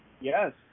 Yes